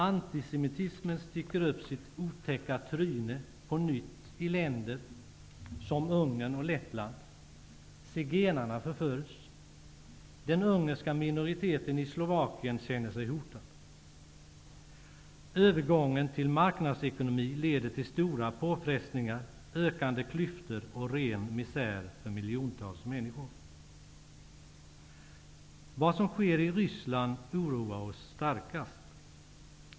Antisemitismen sticker upp sitt otäcka tryne på nytt i länder som Ungern och Lettland. Zigenarna förföljs. Den ungerska minoriteten i Slovakien känner sig hotad. Övergången till marknadsekonomi leder till stora påfrestningar, ökande klyftor och ren misär för miljontals människor. Det som sker i Ryssland oroar oss starkast.